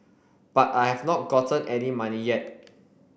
but I have not gotten any money yet